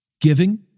Giving